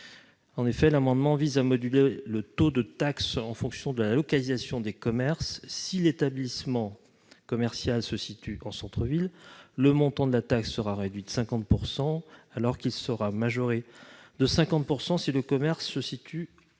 centres-villes. Il vise à moduler le taux de la taxe en fonction de la localisation des commerces. Si l'établissement se situe en centre-ville, le montant de la taxe est réduit de 50 % alors qu'il est majoré de 50 % si le commerce se situe hors centre-ville,